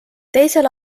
teisel